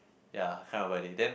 ya I can't remember already then